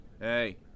Hey